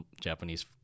Japanese